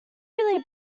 really